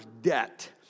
debt